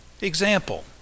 Example